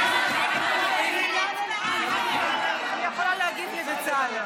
אני יכולה להגיב לבצלאל.